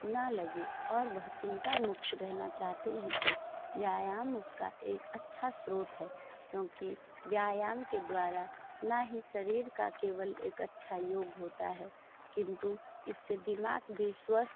ना लगे और वह चिंतामुक्त रहना चाहते हैं तो व्यायाम उसका एक अच्छा स्रोत है क्योंकि व्यायाम के द्वारा ना ही शरीर का केवल एक अच्छा योग होता है किंतु इस से दिमाग़ भी स्वस्थ